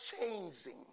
changing